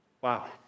Wow